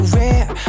rare